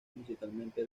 musicalmente